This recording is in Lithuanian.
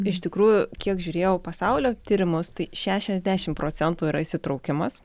iš tikrųjų kiek žiūrėjau pasaulio tyrimus tai šešiasdešimt procentų yra įsitraukimas